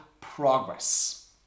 progress